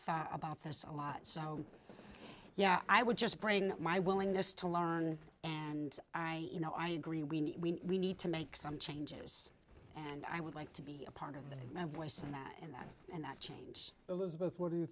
thought about this a lot so yeah i would just bring my willingness to learn and i you know i agree we need to make some changes and i would like to be a part of that western that and that and that change elizabeth where do you